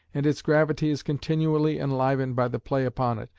and its gravity is continually enlivened by the play upon it,